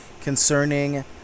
concerning